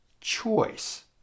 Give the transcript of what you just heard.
choice